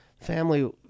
family